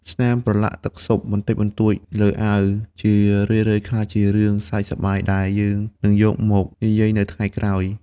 ស្នាមប្រឡាក់ទឹកស៊ុបបន្តិចបន្តួចលើអាវ ជារឿយៗក្លាយជារឿងសើចសប្បាយដែលយើងនឹងយកមកនិយាយនៅថ្ងៃក្រោយ។